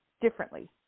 differently